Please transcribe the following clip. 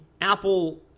Apple